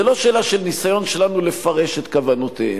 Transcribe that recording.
זה לא שאלה של ניסיון שלנו לפרש את כוונותיהם.